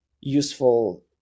useful